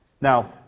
Now